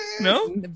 no